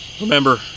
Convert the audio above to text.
Remember